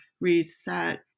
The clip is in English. reset